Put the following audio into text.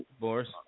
Boris